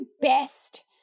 best